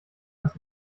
das